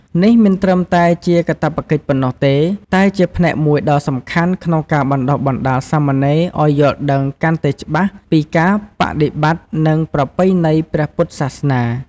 នេះមិនត្រឹមតែជាកាតព្វកិច្ចប៉ុណ្ណោះទេ តែជាផ្នែកមួយដ៏សំខាន់ក្នុងការបណ្ដុះបណ្ដាលសាមណេរឱ្យយល់ដឹងកាន់តែច្បាស់ពីការបដិបត្តិ និងប្រពៃណីព្រះពុទ្ធសាសនា។